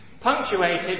punctuated